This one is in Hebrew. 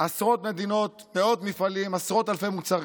עשרות מדינות, מאות מפעלים, עשרות אלפי מוצרים,